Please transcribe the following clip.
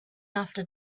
after